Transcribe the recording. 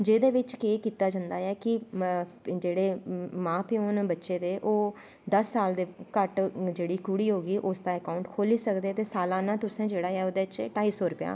जेह्दै बिच्च केह् कीता जंदा ऐ कि जेह्ड़े मां प्यो न बच्चे दे ओह् दस साल दे घट्ट जेह्ड़ी कुड़ी ऐ उसदा अकाऊंट खोली सकदे दे ते सालाना तुसैं जेह्ड़ा ढाई सौ रपेआ